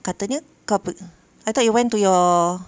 katanya kau pe~ I thought you went to your